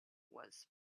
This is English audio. was